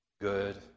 good